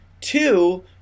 Two